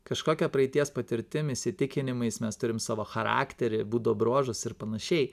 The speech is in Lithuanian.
kažkokia praeities patirtim įsitikinimais mes turim savo charakterį būdo bruožus ir panašiai